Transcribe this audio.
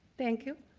thank you.